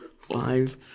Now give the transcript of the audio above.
five